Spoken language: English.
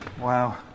wow